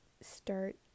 start